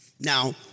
Now